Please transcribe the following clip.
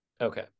Okay